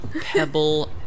Pebble